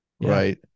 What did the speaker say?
right